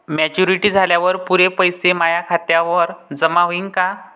Maturity झाल्यावर पुरे पैसे माया खात्यावर जमा होईन का?